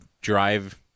drive